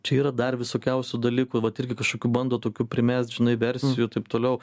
čia yra dar visokiausių dalykų vat irgi kažkokių bando tokių primest žinai versijų taip toliau